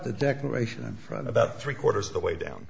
the declaration in front about three quarters of the way down